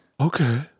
Okay